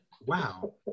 Wow